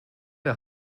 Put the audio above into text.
der